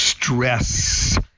Stress